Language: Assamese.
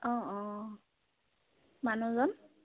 অঁ অঁ মানুহজন